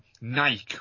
Nike